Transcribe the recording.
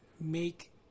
make